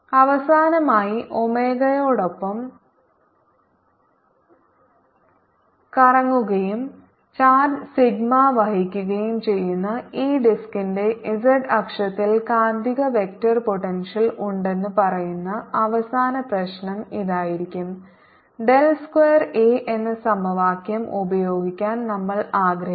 അവസാനമായി ഒമേഗയോടൊപ്പം കറങ്ങുകയും ചാർജ് സിഗ്മ വഹിക്കുകയും ചെയ്യുന്ന ഈ ഡിസ്കിന്റെ z അക്ഷത്തിൽ കാന്തിക വെക്റ്റർ പോട്ടെൻഷ്യൽ ഉണ്ടെന്ന് പറയുന്ന അവസാന പ്രശ്നം ഇതായിരിക്കും ഡെൽ സ്ക്വയർ എ എന്ന സമവാക്യം ഉപയോഗിക്കാൻ നമ്മൾ ആഗ്രഹിക്കുന്നു